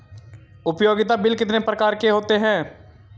उपयोगिता बिल कितने प्रकार के होते हैं?